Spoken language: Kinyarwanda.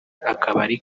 akabari